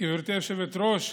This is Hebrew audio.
גברתי היושבת-ראש,